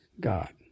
God